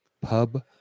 Pub